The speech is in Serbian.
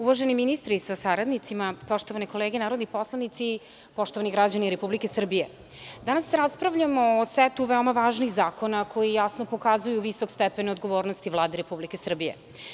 Uvaženi ministre sa saradnicima, poštovane kolege narodni poslanici, poštovani građani Republike Srbije, danas raspravljamo o setu veoma važnih zakona koji jasno pokazuju visok stepen odgovornosti Vlade Republike Srbije.